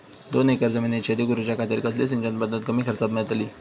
दोन एकर जमिनीत शेती करूच्या खातीर कसली सिंचन पध्दत कमी खर्चात मेलतली?